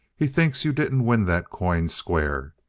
he thinks you didn't win that coin square.